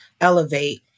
elevate